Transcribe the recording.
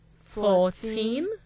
fourteen